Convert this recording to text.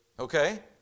Okay